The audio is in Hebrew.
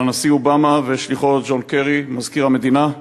של הנשיא אובמה ושליחו ג'ון קרי, מזכיר המדינה,